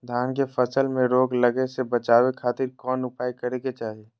धान के फसल में रोग लगे से बचावे खातिर कौन उपाय करे के चाही?